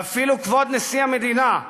ואפילו כבוד נשיא המדינה,